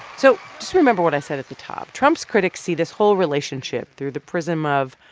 so just remember what i said at the top. trump's critics see this whole relationship through the prism of,